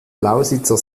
lausitzer